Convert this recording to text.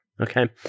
Okay